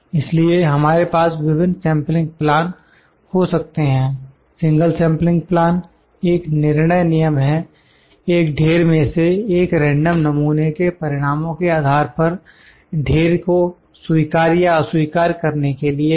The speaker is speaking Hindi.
इसलिए हमारे पास विभिन्न सेंपलिंग प्लान हो सकते हैं सिंगल सेंपलिंग प्लान एक निर्णय नियम है एक ढेर में से एक रेंडम नमूने के परिणामों के आधार पर ढेर को स्वीकार या अस्वीकार करने के लिए है